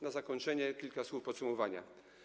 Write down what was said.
Na zakończenie - kilka słów podsumowania.